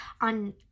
on